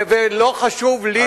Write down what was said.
ולא חשוב לי,